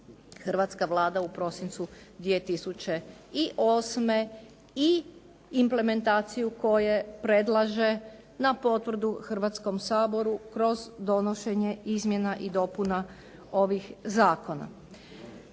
hrvatska Vlada u prosincu 2008. i implementaciju koje predlaže na potvrdu Hrvatskom saboru kroz donošenje izmjena i dopuna ovih zakona.